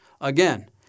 Again